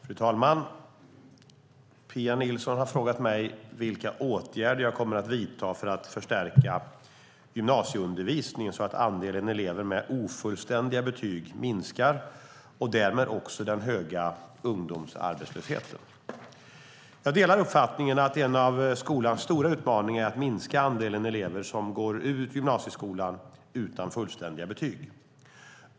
Fru talman! Pia Nilsson har frågat mig vilka åtgärder jag kommer att vidta för att förstärka gymnasieundervisningen så att andelen elever med ofullständiga betyg minskar och därmed också den höga ungdomsarbetslösheten. Jag delar uppfattningen att en av skolans stora utmaningar är att minska andelen elever som går ut gymnasieskolan utan fullständiga betyg.